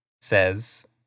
says